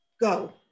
go